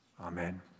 Amen